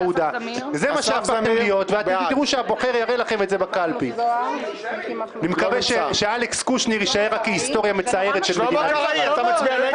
אסף זמיר, בעד מיקי זוהר, לא נוכח שלמה קרעי, נגד